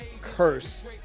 cursed